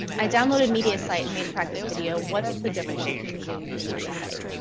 i downloaded media site and made a practice video. what's the difference between zoom and media site.